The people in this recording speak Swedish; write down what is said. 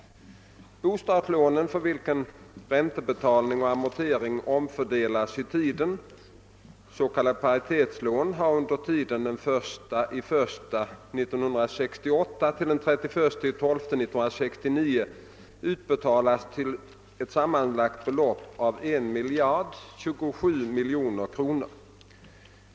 Bostadslån för vilka räntebetalning och amortering omfördelas i tiden — s.k, paritetslån — har under tiden den 1 januari 1968—31 december 1969 utbetalats till ett sammanlagt belopp av 1027 miljoner kronor.